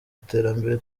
iterambere